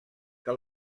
que